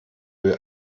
will